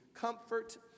comfort